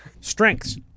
Strengths